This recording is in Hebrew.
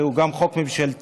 והוא גם חוק ממשלתי,